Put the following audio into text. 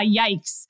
yikes